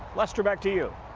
lester, back to you.